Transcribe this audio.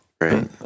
right